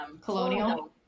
Colonial